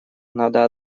надо